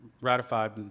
ratified